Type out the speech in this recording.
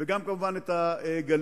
וגם, כמובן, את הגליל.